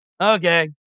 okay